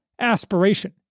aspiration